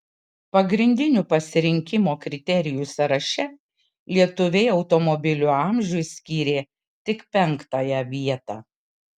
pagrindinių pasirinkimo kriterijų sąraše lietuviai automobilio amžiui skyrė tik penktąją vietą